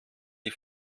die